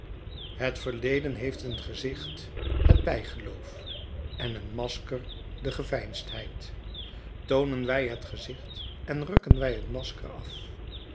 het verleden heeft een gezicht het bijgeloof en een masker de geveinsdheid toonen wij het gezicht en rukken wij het masker af